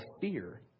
fear